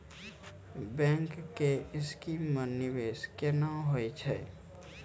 Bank के scheme मे निवेश केना होय छै?